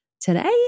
Today